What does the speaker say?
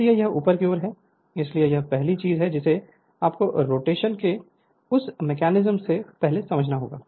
इसलिए यह ऊपर की ओर है इसलिए यह पहली चीज है जिसे आपको रोटेशन के उस मेकैनिज्म से पहले समझना होगा